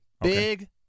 Big